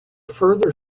further